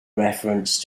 reference